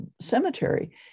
cemetery